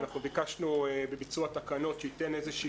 אנחנו ביקשנו בביצוע התקנות שתינתן איזה שהיא